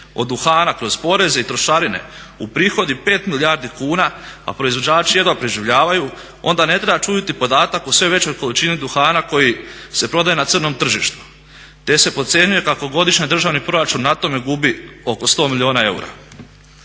od duhana kroz poreze i trošarine uprihodi 5 milijardi kuna, a proizvođači jedva preživljavaju, onda ne treba čuditi podatak o sve većoj količini duhana koji se prodaje na crnom tržištu te se procjenjuje kako godišnje državni proračun na tome gubi oko 100 milijuna eura.